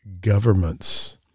governments